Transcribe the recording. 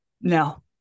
No